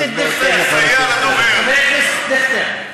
חבר הכנסת דיכטר,